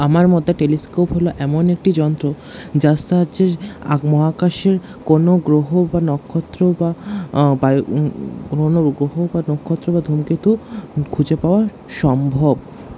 আমার মতে টেলিস্কোপ হলো এমন একটি যন্ত্র যার সাহায্যে মহাকাশের কোনো গ্রহ বা নক্ষত্র বা বায়ু কোনো উপগ্রহ নক্ষত্র বা ধুমকেতু খুঁজে পাওয়া সম্ভব